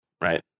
right